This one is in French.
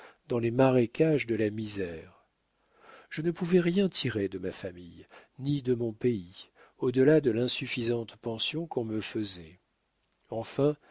dans les marécages de la misère je ne pouvais rien tirer de ma famille ni de mon pays au delà de l'insuffisante pension qu'on me faisait enfin